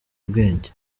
ubwenge